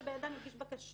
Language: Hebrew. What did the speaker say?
צריך שבן אדם יגיש בקשה.